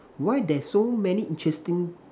why there's so many interesting